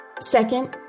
Second